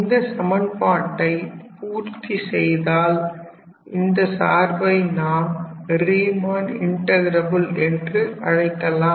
அந்த சமன்பாட்டை பூர்த்தி செய்தால் இந்த சார்பை நாம் ரீமன் இன்ட்டகிரபில் என்று அழைக்கலாம்